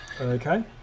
Okay